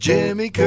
Jimmy